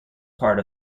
part